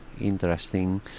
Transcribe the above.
interesting